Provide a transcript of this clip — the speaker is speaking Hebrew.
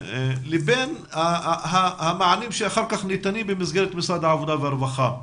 לבין המענים שאחר כך ניתנים במסגרת משרד העבודה והרווחה.